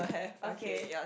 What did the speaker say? okay